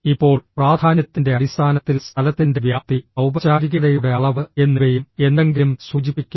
ഇപ്പോൾ പ്രാധാന്യത്തിന്റെ അടിസ്ഥാനത്തിൽ സ്ഥലത്തിന്റെ വ്യാപ്തി ഔപചാരികതയുടെ അളവ് എന്നിവയും എന്തെങ്കിലും സൂചിപ്പിക്കുന്നു